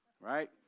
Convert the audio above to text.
right